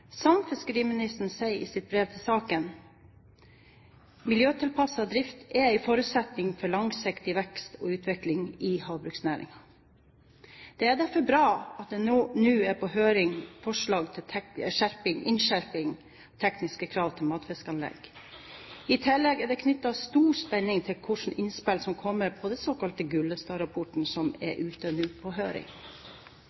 Som fiskeriministeren sier i sitt brev angående saken: Miljøtilpasset drift er en forutsetning for langsiktig vekst og utvikling i havbruksnæringen. Det er derfor bra at det nå er på høring forslag til skjerpede tekniske krav til matfiskanlegg. I tillegg er det knyttet stor spenning til hvilke innspill som kommer til den såkalte Gullestad-rappporten som nå er